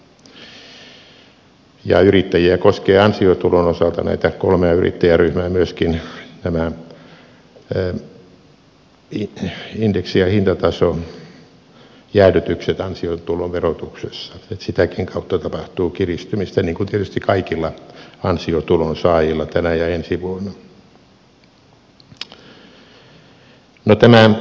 näitä kolmea yrittäjäryhmää koskee ansiotulon osalta myöskin nämä indeksi ja hintatason jäädytykset ansiotuloverotuksessa joten sitäkin kautta tapahtuu kiristymistä niin kuin tietysti kaikilla ansiotulon saajilla tänä ja ensi vuonna